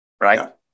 right